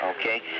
Okay